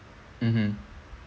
mmhmm